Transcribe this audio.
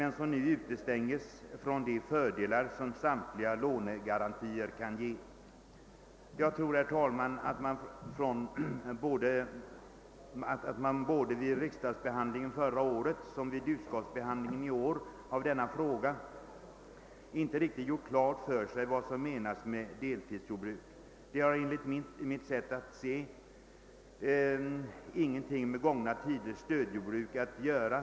Nu utestänges de dock från de fördelar som statliga lånegarantier kan ge. Jag tror, herr talman, att man såväl vid riksdagsbehandlingen av denna fråga förra året som vid utskottsbehandlingen i år inte riktigt gjort klart för sig vad som menas med deltidsjordbruk. Det har enligt mitt sätt att se ingenting med gångna tiders stödjordbruk att göra.